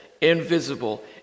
invisible